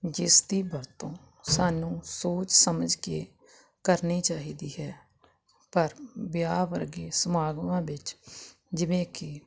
ਜਿਸ ਦੀ ਵਰਤੋਂ ਸਾਨੂੰ ਸੋਚ ਸਮਝ ਕੇ ਕਰਨੀ ਚਾਹੀਦੀ ਹੈ ਪਰ ਵਿਆਹ ਵਰਗੇ ਸਮਾਗਮਾਂ ਵਿੱਚ ਜਿਵੇਂ ਕਿ